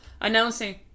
announcing